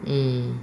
mm